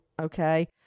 okay